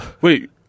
wait